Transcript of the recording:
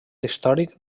històric